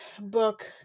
book